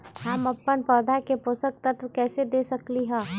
हम अपन पौधा के पोषक तत्व कैसे दे सकली ह?